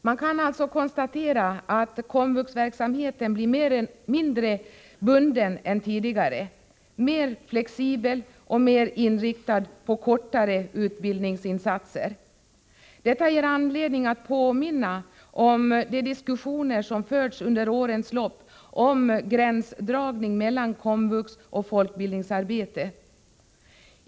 Man kan alltså konstatera att komvuxverksamheten blir mindre bunden än tidigare, mer flexibel och mer inriktad på kortare utbildningsinsatser. Detta ger anledning att påminna om de diskussioner som förts under årens lopp om gränsdragningen mellan komvux och folkbildningsarbetet.